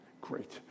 Great